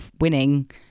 winning